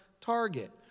target